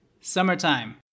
summertime